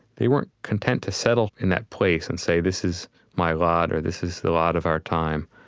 they weren't content to settle in that place and say, this is my lot or this is the lot of our time.